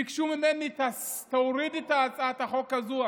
ביקשו ממני: תוריד את הצעת החוק הזאת.